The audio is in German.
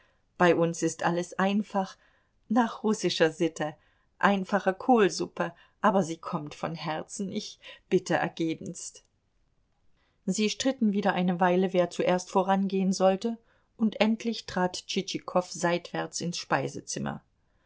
bei uns ist alles einfach nach russischer sitte einfache kohlsuppe aber sie kommt von herzen ich bitte ergebenst sie stritten wieder eine weile wer zuerst vorangehen sollte und endlich trat tschitschikow seitwärts ins speisezimmer